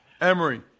Emery